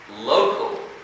local